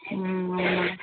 అవునా